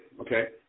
okay